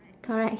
correct